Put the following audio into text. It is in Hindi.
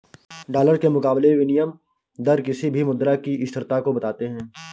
डॉलर के मुकाबले विनियम दर किसी भी मुद्रा की स्थिरता को बताते हैं